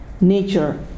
nature